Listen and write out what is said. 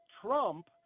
Trump